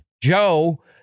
Joe